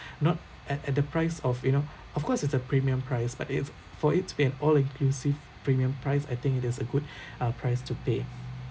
not at at the price of you know of course it's a premium price but if for it to be an all inclusive premium price I think it is a good uh price to pay